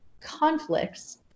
conflicts